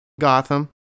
Gotham